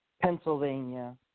Pennsylvania